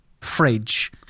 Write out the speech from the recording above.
fridge